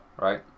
right